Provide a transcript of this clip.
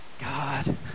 God